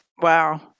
Wow